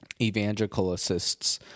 evangelicalists